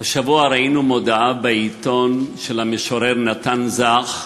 השבוע ראינו מודעה בעיתון, של המשורר נתן זך,